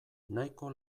nahiko